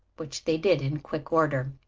which they did in quick order.